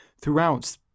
throughout